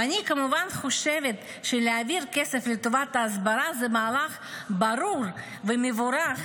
ואני כמובן חושבת שלהעביר כסף לטובת ההסברה זה מהלך ברוך ומבורך,